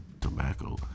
tobacco